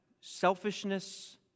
selfishness